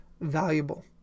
valuable